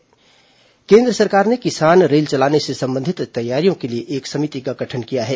किसान रेल केन्द्र सरकार ने किसान रेल चलाने से संबंधित तैयारियों के लिए एक समिति का गठन किया है